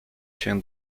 się